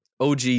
OG